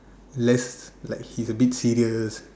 less like his abit serious